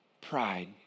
pride